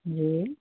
जी